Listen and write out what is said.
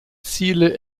ziele